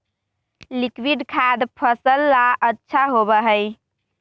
liquid खाद फसल ला अच्छा होबा हई